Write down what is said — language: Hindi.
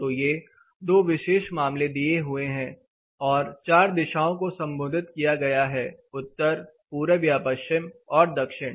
तो ये दो विशेष मामले दिए हुए हैं और चार दिशाओं को संबोधित किया गया है उत्तर पूरब या पश्चिम और दक्षिण